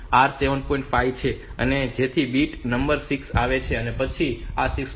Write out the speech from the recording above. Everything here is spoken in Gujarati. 5 છે જેથી બીટ નંબર 6 આવે પછી આ 6